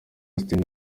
austin